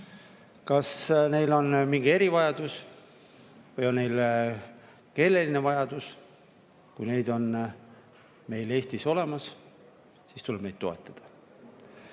kas neil on mingi erivajadus või keeleline vajadus. Kui need inimesed on meil Eestis olemas, siis tuleb neid toetada.